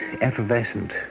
effervescent